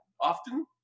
often